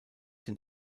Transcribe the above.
den